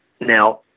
Now